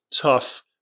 tough